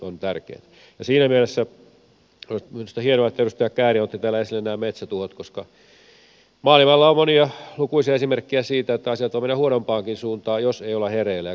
siinä mielessä minusta on hienoa että edustaja kääriäinen otti täällä esille nämä metsätuhot koska maailmalla on monia lukuisia esimerkkejä siitä että asiat voivat mennä huonompaankin suuntaan jos ei olla hereillä